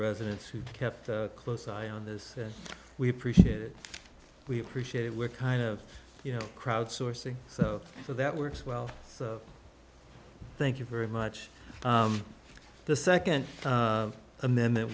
residents who kept a close eye on this we appreciate it we appreciate it we're kind of you know crowdsourcing so so that works well thank you very much the second amendment